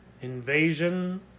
Invasion